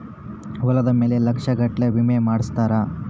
ಹೊಲದ ಮೇಲೆ ಲಕ್ಷ ಗಟ್ಲೇ ವಿಮೆ ಮಾಡ್ಸಿರ್ತಾರ